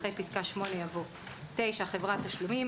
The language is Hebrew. אחרי פסקה (8) יבוא: "(9)חברת תשלומים.